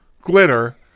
glitter